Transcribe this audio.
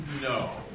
no